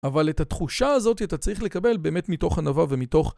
אבל את התחושה הזאת אתה צריך לקבל באמת מתוך ענוה ומתוך